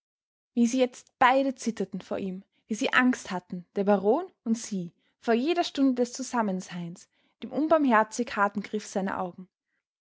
wie sie jetzt beide zitterten vor ihm wie sie angst hatten der baron und sie vor jeder stunde des zusammenseins dem unbarmherzig harten griff seiner augen